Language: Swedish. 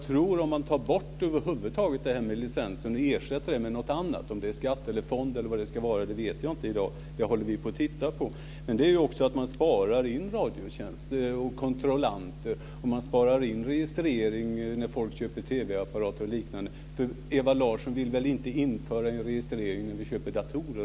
Tar man bort det här med licens och ersätter den med något annat - om det ska vara skatt eller fond eller något annat vet jag inte i dag men det håller vi på att titta på - sparar man in Radiotjänst och kontrollanter. Man sparar också in registrering när folk köper TV apparater och liknande. För Ewa Larsson vill väl inte införa en registrering även när vi köper datorer?